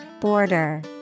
Border